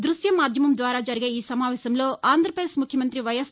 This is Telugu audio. దృశ్యమాధ్యమం ద్వారా జరిగే ఈ సమావేశంలో ఆంధ్రప్రదేశ్ ముఖ్యమంత్రి వైఎస్